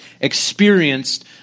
experienced